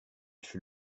fut